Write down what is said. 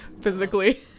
physically